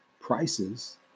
Prices